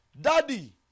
Daddy